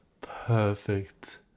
perfect